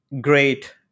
great